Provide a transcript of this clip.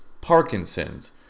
Parkinson's